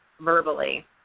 verbally